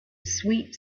sweet